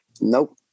Nope